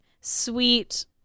sweet